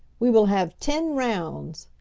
we will have ten rounds.